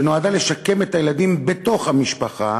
שנועדה לשקם את הילדים בתוך המשפחה